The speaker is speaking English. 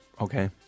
Okay